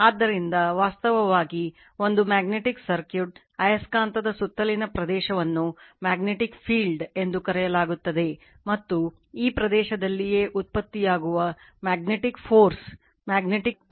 ಆದ್ದರಿಂದ ವಾಸ್ತವವಾಗಿ ಒಂದು ಮ್ಯಾಗ್ನೆಟಿಕ್ ಸರ್ಕ್ಯೂಟ್ ಆಯಸ್ಕಾಂತದ ಸುತ್ತಲಿನ ಪ್ರದೇಶವನ್ನು ಮ್ಯಾಗ್ನೆಟಿಕ್ ಫೀಲ್ಡ್ ಮ್ಯಾಗ್ನೆಟ್ನ ಪರಿಣಾಮವನ್ನು ಕಂಡುಹಿಡಿಯಬಹುದು